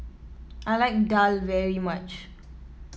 I like daal very much